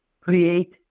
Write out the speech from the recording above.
create